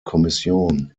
kommission